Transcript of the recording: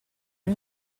gli